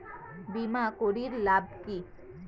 বিমা করির লাভ কি?